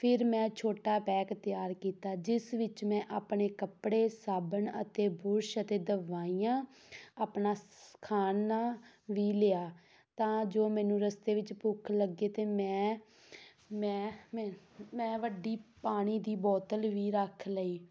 ਫਿਰ ਮੈਂ ਛੋਟਾ ਪੈਕ ਤਿਆਰ ਕੀਤਾ ਜਿਸ ਵਿੱਚ ਮੈਂ ਆਪਣੇ ਕੱਪੜੇ ਸਾਬਣ ਅਤੇ ਬੁਰਸ਼ ਅਤੇ ਦਵਾਈਆਂ ਆਪਣਾ ਖਾਣਾ ਵੀ ਲਿਆ ਤਾਂ ਜੋ ਮੈਨੂੰ ਰਸਤੇ ਵਿੱਚ ਭੁੱਖ ਲੱਗੇ ਤਾਂ ਮੈਂ ਮੈਂ ਮੈਂ ਮੈਂ ਵੱਡੀ ਪਾਣੀ ਦੀ ਬੋਤਲ ਵੀ ਰੱਖ ਲਈ